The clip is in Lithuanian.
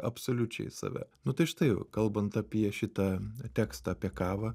absoliučiai save nu tai štai kalbant apie šitą tekstą apie kavą